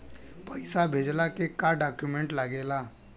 पैसा भेजला के का डॉक्यूमेंट लागेला?